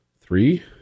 three